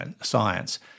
science